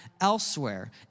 elsewhere